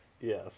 Yes